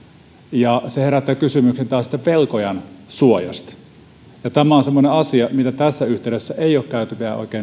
ja se taas herättää kysymyksen velkojan suojasta tämä on semmoinen asia mitä tässä yhteydessä ei vielä ole oikein käyty